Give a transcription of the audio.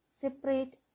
separate